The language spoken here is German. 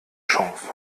chance